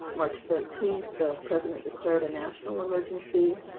march thirteenth, the president declared a national emergency,